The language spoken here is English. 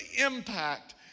impact